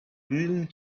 grilling